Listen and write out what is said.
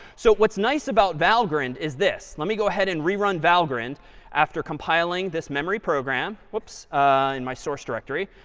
so what's nice about valgrind is this. let me go ahead and rerun valgrind after compiling this memory program whoops in my source directory.